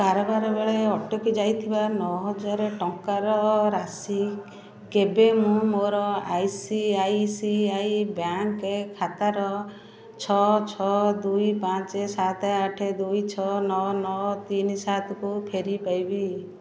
କାରବାର ବେଳେ ଅଟକି ଯାଇଥିବା ନଅ ହଜାରେ ଟଙ୍କାର ରାଶି କେବେ ମୁଁ ମୋର I C I C I bank ଖାତାର ଛଅ ଛଅ ଦୁଇ ପାଞ୍ଚ ସାତ ଆଠ ଦୁଇ ଛଅ ନଅ ନଅ ତିନି ସାତକୁ ଫେରିପାଇବି